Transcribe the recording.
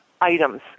items